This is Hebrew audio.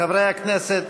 חבר הכנסת